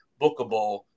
bookable